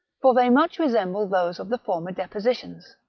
for they much resemble those of the former depositions.